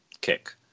kick